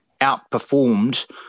outperformed